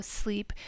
sleep